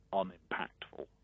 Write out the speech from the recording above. unimpactful